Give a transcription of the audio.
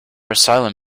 asylum